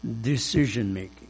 decision-making